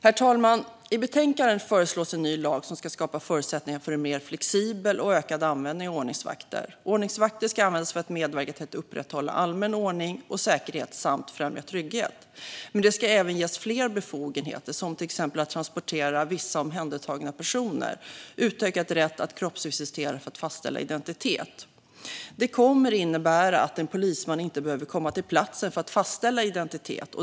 Herr talman! I betänkandet föreslås en ny lag som ska skapa förutsättningar för ökad och mer flexibel användning av ordningsvakter. Ordningsvakter ska användas för att medverka till att upprätthålla allmän ordning och säkerhet samt främja trygghet. Men de ska även ges fler befogenheter, till exempel att transportera vissa omhändertagna personer och utökad rätt att kroppsvisitera för att fastställa identitet. Det kommer att innebära att en polisman inte behöver komma till platsen för att fastställa identitet.